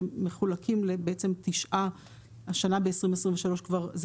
שמחולקים לבעצם 9. השנה ב-2023 כבר זה